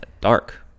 dark